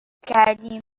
کردیم